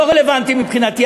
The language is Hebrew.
לא רלוונטי מבחינתי.